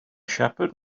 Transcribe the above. shepherd